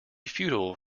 futile